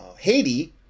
haiti